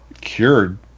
cured